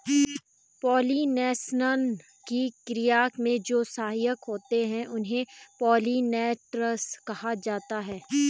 pollination की क्रिया में जो सहायक होते हैं उन्हें पोलिनेटर्स कहा जाता है